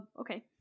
Okay